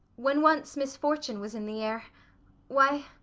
when once misfortune was in the air why